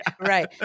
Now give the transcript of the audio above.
Right